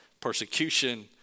persecution